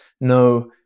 no